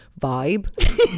vibe